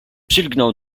przylgnął